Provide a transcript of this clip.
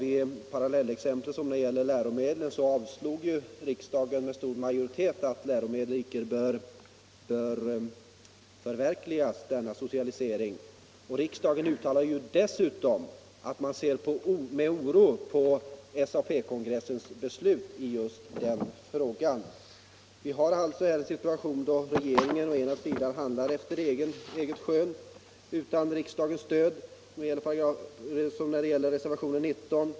I parallellfallet med läromedlen avslog riksdagen socialiseringsförslaget med stor majoritet. Riksdagen uttalade dessutom att den ser med oro på SAP-kongressens beslut i just den frågan. Vi har alltså här å ena sidan den situationen att regeringen handlar efter eget skön utan riksdagens stöd, vilket påtalas i reservationen 19.